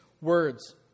words